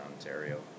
Ontario